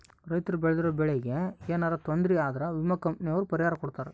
ರೈತರು ಬೆಳ್ದಿರೋ ಬೆಳೆ ಗೆ ಯೆನರ ತೊಂದರೆ ಆದ್ರ ವಿಮೆ ಕಂಪನಿ ಅವ್ರು ಪರಿಹಾರ ಕೊಡ್ತಾರ